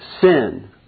Sin